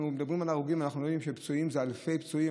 אנחנו מדברים על הרוגים ולא יודעים שיש אלפי פצועים.